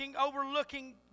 overlooking